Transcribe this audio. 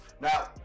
Now